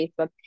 Facebook